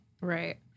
Right